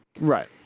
Right